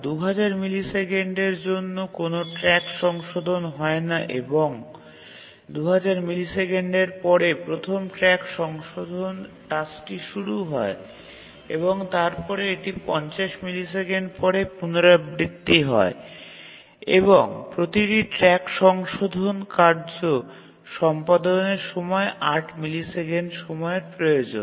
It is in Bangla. ২000 মিলিসেকেন্ডের জন্য কোনও ট্র্যাক সংশোধন হয় না এবং ২000 মিলিসেকেন্ডের পরে প্রথম ট্র্যাক সংশোধন টাস্কটি শুরু হয় এবং তারপরে এটি ৫০ মিলিসেকেন্ড পরে পুনরাবৃত্তি হয় এবং প্রতিটি ট্র্যাক সংশোধন কার্য সম্পাদনের সময় ৮ মিলিসেকেন্ড সময়ের প্রয়োজন